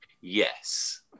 Yes